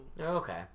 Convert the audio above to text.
okay